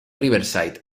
riverside